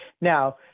Now